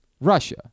Russia